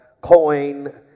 coin